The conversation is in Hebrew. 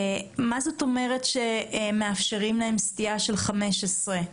מה זה אומר שמאפשרים להם סטייה של 15%?